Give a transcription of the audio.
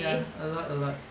ya a lot a lot